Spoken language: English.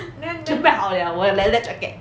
准备好 liao 我的 leather jacket